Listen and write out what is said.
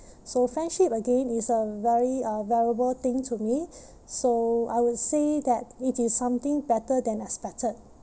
so friendship again is a very uh valuable thing to me so I would say that it is something better than expected